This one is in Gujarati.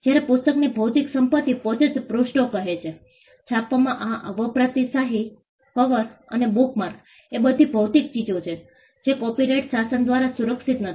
જ્યારે પુસ્તકની ભૌતિક સંપત્તિ પોતે જ પૃષ્ઠો કહે છે છાપવામાં વપરાતી શાહી કવર અને બુકમાર્ક એ બધી ભૌતિક ચીજો છે જે કોપીરાઇટ શાસન દ્વારા સુરક્ષિત નથી